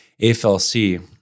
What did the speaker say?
AFLC